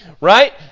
Right